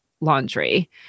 Laundry